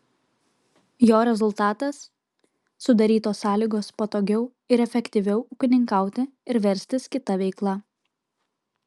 jo rezultatas sudarytos sąlygos patogiau ir efektyviau ūkininkauti ir verstis kita veikla